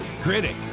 Critic